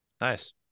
Nice